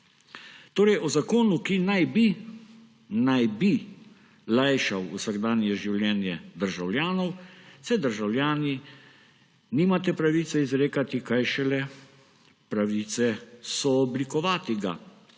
Torej, o zakonu, ki naj bi lajšal vsakdanje življenje državljanov, se državljani nimate pravice izrekati, kaj šele pravice sooblikovati ga,